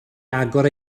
agor